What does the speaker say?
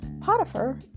Potiphar